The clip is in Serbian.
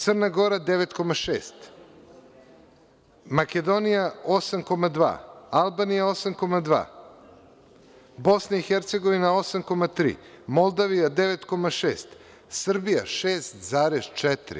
Crna Gora 9,6, Makedonija 8,2, Albanija 8,2, BiH 8,3, Moldavija 9,6, a Srbija 6,4.